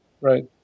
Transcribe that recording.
Right